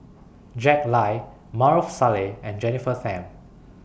Jack Lai Maarof Salleh and Jennifer Tham